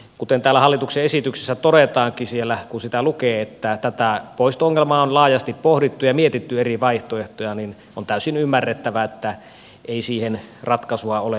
kuten täällä hallituksen esityksessä todetaankin kun sitä lukee tätä poisto ongelmaa on laajasti pohdittu ja mietitty eri vaihtoehtoja niin että on täysin ymmärrettävää että ei siihen ratkaisua ole löytynyt